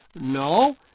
No